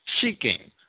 Seeking